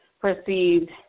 perceived